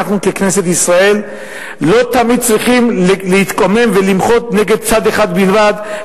אנחנו ככנסת ישראל לא תמיד צריכים להתקומם ולמחות נגד צד אחד בלבד,